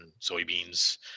soybeans